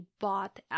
bought